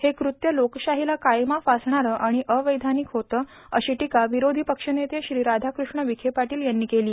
हे क्रत्य लोकशाहीला काळीमा फासणारं आणि अवैधानिक होतं अशी टीका विरोषी पक्षनेते श्री राधाकृष्ण विखे पादील यांनी केली